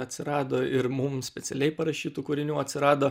atsirado ir mum specialiai parašytų kūrinių atsirado